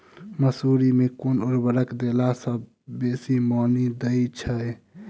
मसूरी मे केँ उर्वरक देला सऽ बेसी मॉनी दइ छै?